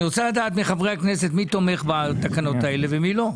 אני רוצה לדעת מחברי הכנסת מי תומך בתקנות האלה ומי לא.